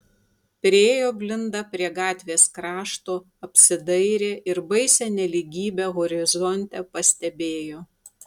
priėjo blinda prie gatvės krašto apsidairė ir baisią nelygybę horizonte pastebėjo